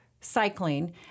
cycling